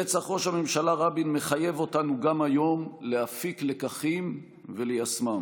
רצח ראש הממשלה רבין מחייב אותנו גם היום להפיק לקחים וליישמם.